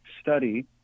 study